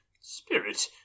Spirit